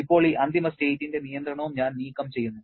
ഇപ്പോൾ ഈ അന്തിമ സ്റ്റേറ്റിന്റെ നിയന്ത്രണവും ഞാൻ നീക്കംചെയ്യുന്നു